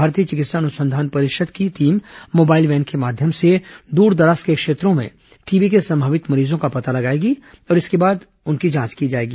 भारतीय चिकित्सा अनुसंधान परिषद की टीम मोबाइल वैन के माध्यम से दूरदराज के क्षेत्रों में टीबी के संभावित मरीजों का पता लगाएगी और इसके बाद उनकी जांच की जाएगी